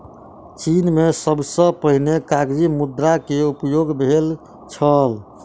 चीन में सबसे पहिने कागज़ी मुद्रा के उपयोग भेल छल